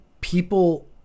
people